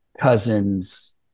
cousins